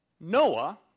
Noah